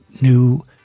new